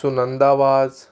Sunanda Vaz